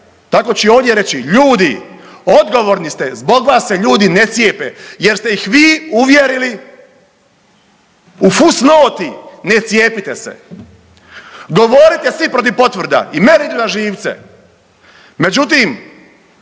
tako ću i ovdje reći, ljudi odgovorni ste, zbog vas se ljudi ne cijepe jer ste ih vi uvjerili u fus noti ne cijepite se. Govorite svi protiv potvrda i meni idu na živce,